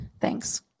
Thanks